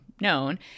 known